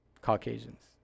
Caucasians